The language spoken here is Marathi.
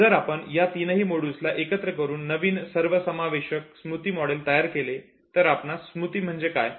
जर आपण या तीनही मॉड्यूल्सला एकत्र करून एक नवीन समावेशक स्मृती मॉडेल तयार केले तर आपणास स्मृती म्हणजे काय